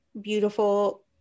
beautiful